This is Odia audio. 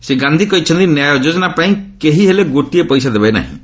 ଶ୍ରୀ ଗାନ୍ଧି କହିଛନ୍ତି 'ନ୍ୟାୟ' ଯୋଜନା ପାଇଁ କେହି ଗୋଟିଏ ହେଲେ ପଇସା ଦେବେ ନାହିଁ